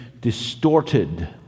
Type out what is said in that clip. distorted